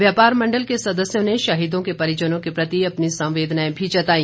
व्यापार मंडल के सदस्यों ने शहीदों के परिजनों के प्रति अपनी संवेदनाएं भी जताई